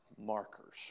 markers